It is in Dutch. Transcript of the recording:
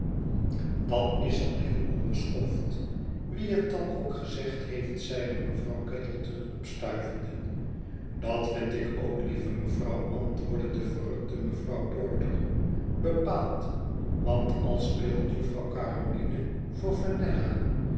dat is al heel onbeschoft wie het dan ook gezegd heeft zeide mevrouw gattleton opstuivende dat vind ik ook lieve mevrouw antwoordde de verrukte mevrouw porter bepaald want al speelt juffrouw caroline voor